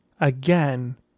again